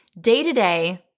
day-to-day